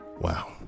Wow